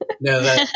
No